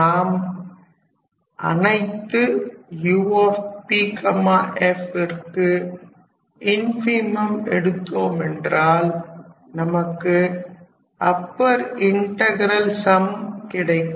நாம் அனைத்து UPfற்கு இன்ஃபிமம் எடுத்தோம் என்றால் நமக்கு அப்பர் இன்டகரல் சம் கிடைக்கும்